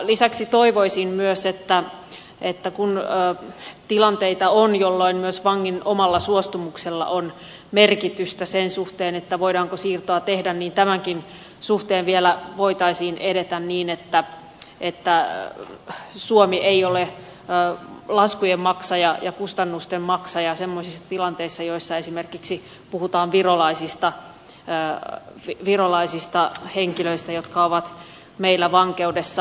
lisäksi toivoisin myös että kun on tilanteita jolloin myös vangin omalla suostumuksella on merkitystä sen suhteen voidaanko siirtoa tehdä niin tämänkin suhteen vielä voitaisiin edetä niin että suomi ei ole laskujen maksaja ja kustannusten maksaja semmoisissa tilanteissa joissa esimerkiksi puhutaan virolaisista henkilöistä jotka ovat meillä vankeudessa